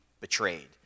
betrayed